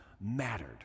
mattered